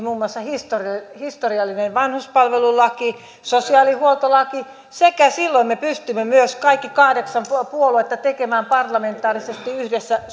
muun muassa historiallinen historiallinen vanhuspalvelulaki sosiaalihuoltolaki sekä silloin me pystyimme myös kaikki kahdeksan puoluetta tekemään parlamentaarisesti yhdessä